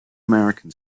american